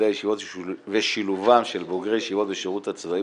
תלמידי הישיבות ושילובם של בוגרי ישיבות בשירות הצבאי,